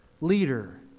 leader